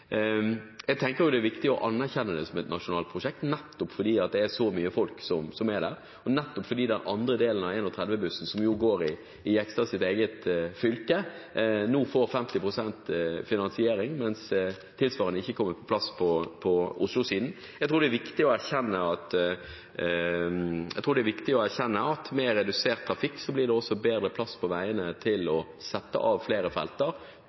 Jeg tenker at det er viktig å anerkjenne det som et nasjonalt prosjekt, nettopp fordi det er så mye folk der, og nettopp fordi den andre delen av 31-bussruten, som går i Jegstads eget fylke, nå får 50 pst. finansiering, mens tilsvarende ikke er kommet på plass på Oslo-siden. Jeg tror det er viktig å erkjenne at med redusert trafikk blir det også bedre plass på veiene til å sette av flere